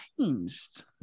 changed